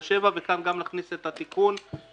(7);" וכאן גם נכניס את התיקון שהכנסנו,